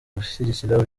gushyigikira